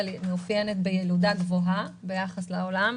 מאופיינת בילודה גבוהה ביחס לעולם,